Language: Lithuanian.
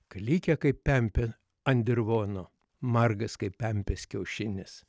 klykia kaip pempė ant dirvono margas kaip pempės kiaušinis